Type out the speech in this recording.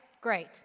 Great